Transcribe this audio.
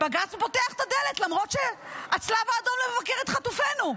בג"ץ פותח את הדלת למרות שהצלב האדום לא מבקר את חטופינו.